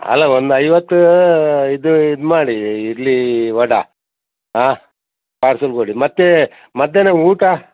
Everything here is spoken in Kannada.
ಅಲ್ಲ ಒಂದು ಐವತ್ತು ಇದು ಇದು ಮಾಡಿ ಇಡ್ಲಿ ವಡೆ ಹಾಂ ಪಾರ್ಸೆಲ್ ಕೊಡಿ ಮತ್ತು ಮಧ್ಯಾಹ್ನ ಊಟ